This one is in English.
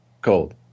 Cold